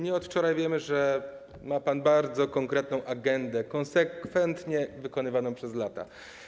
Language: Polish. Nie od wczoraj wiemy, że ma pan bardzo konkretną agendę, konsekwentnie realizowaną przez lata.